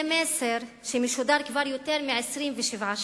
זה מסר שמשודר כבר יותר מ-27 שנים,